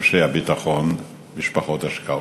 אנשי הביטחון, משפחות השכול,